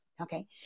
Okay